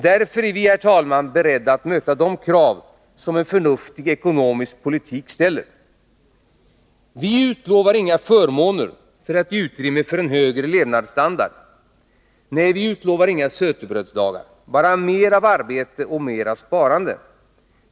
Därför är vi, herr talman, beredda att möta de krav som en förnuftig ekonomisk politik ställer. Vi utlovade inga förmåner för att ge utrymme för en högre levnadsstandard. Nej, vi utlovade inga sötebrödsdagar — bara mer av arbete och mer av sparande.